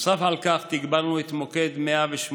נוסף על כך, תגברנו את מוקד 118,